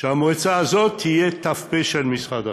שהמועצה הזאת תהיה ת"פ של משרד החינוך.